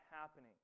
happening